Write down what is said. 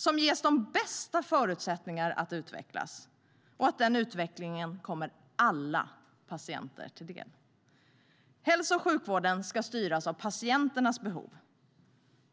som ges de bästa förutsättningarna att utvecklas på ett sätt som kommer alla patienter till del. Hälso och sjukvården ska styras av patientens behov.